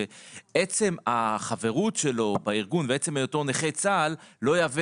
שעצם החברות שלו בארגון ועצם היותו נכה צה"ל לא יהווה